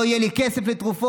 לא יהיה לי כסף לתרופות.